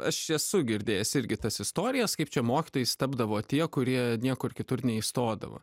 aš esu girdėjęs irgi tas istorijas kaip čia mokytojais tapdavo tie kurie niekur kitur neįstodavo